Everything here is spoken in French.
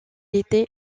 était